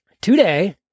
today